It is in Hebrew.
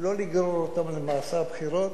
לא לגרור אותם למסע הבחירות.